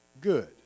good